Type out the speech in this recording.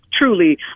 truly